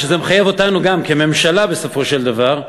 שזה מחייב אותנו גם, כממשלה, בסופו של דבר,